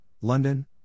London